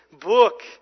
book